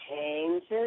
changes